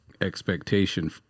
expectation